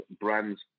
brands